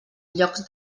llocs